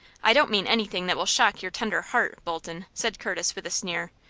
i don't mean anything that will shock your tender heart, bolton, said curtis, with a sneer.